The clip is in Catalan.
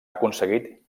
aconseguit